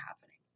happening